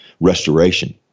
restoration